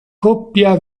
coppia